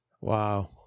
Wow